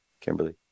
Kimberly